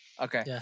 Okay